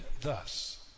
thus